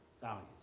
values